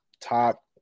top